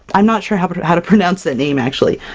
i'm not sure how but how to pronounce that name actually.